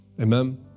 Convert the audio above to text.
amen